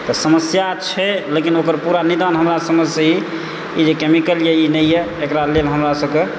तऽ समस्या छै लेकिन ओकर पूरा निदान हमरा समझसँ ई ई जे केमिकल यऽ ई नहि यऽ एकरा लेल हमरा सबकेँ